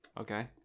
okay